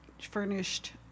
furnished